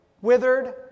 withered